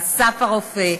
"אסף הרופא",